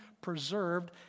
preserved